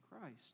Christ